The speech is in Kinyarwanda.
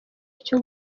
icyo